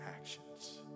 actions